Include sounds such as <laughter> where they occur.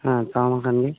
ᱦᱮᱸ <unintelligible>